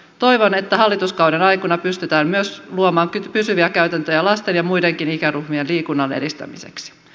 toivon että hallituskauden aikana pystytään myös luomaan pysyviä käytäntöjä lasten ja muidenkin ikäryhmien liikunnan edistämiseksi